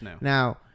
Now